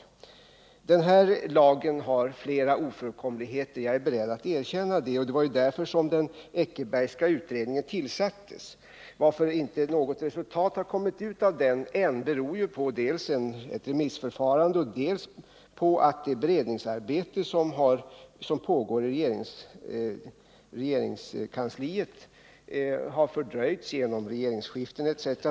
Lageni fråga har flera ofullkomligheter, det är jag beredd att erkänna. Det var därför den Eckerbergska utredningen tillsattes. Att inte något resultat kommit ut av den ännu beror dels på remissförfarandet, dels på att det beredningsarbete som pågår i regeringskansliet har fördröjts genom regeringsskiften etc.